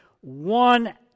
one